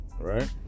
right